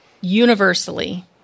universally